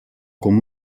com